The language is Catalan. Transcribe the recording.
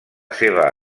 seva